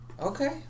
Okay